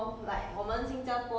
好像 cracker 这样 ah